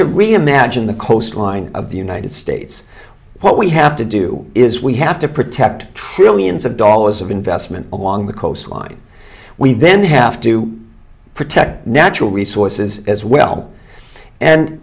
to re imagine the coastline of the united states what we have to do is we have to protect trillions of dollars of investment along the coastline we then have to protect natural resources as well and